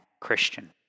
Christian